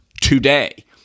today